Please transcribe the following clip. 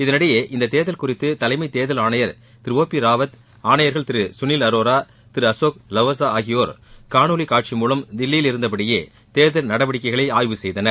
இதனிடையே இந்தத் தேர்தல் குறித்து தலைமை தேர்தல் ஆணையர் திரு ஒ பி ராவத் ஆணையர்கள் திரு குளில் அரோரா திரு அசோக் லவாசா ஆகியோர் காணொலி காட்சி மூலம் தில்லியில் இருந்தபடியே தேர்தல் நடவடிக்கைகளை ஆய்வு செய்தார்கள்